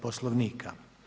Poslovnika.